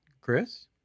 Chris